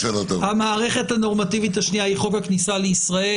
המערכת הנורמטיבית השנייה היא חוק הכניסה לישראל.